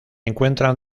encuentran